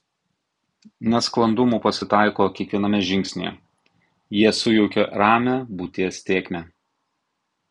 nesklandumų pasitaiko kiekviename žingsnyje jie sujaukia ramią būties tėkmę